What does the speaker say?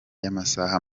y’amasaha